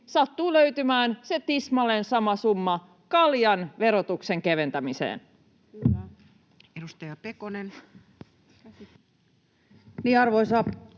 sattuu löytymään tismalleen se sama summa kaljan verotuksen keventämiseen.